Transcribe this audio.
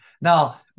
Now